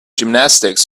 gymnastics